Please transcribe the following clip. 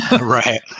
right